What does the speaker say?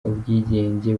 ubwigenge